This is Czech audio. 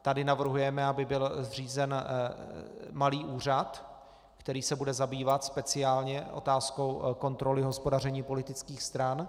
Tady navrhujeme, aby byl zřízen malý úřad, který se bude zabývat speciálně otázkou kontroly hospodaření politických stran.